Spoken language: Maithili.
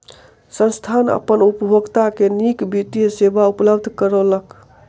संस्थान अपन उपभोगता के नीक वित्तीय सेवा उपलब्ध करौलक